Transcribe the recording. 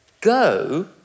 Go